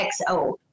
XO